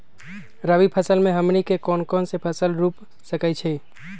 रबी फसल में हमनी के कौन कौन से फसल रूप सकैछि?